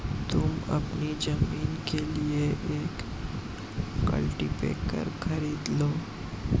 तुम अपनी जमीन के लिए एक कल्टीपैकर खरीद लो